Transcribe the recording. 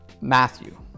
Matthew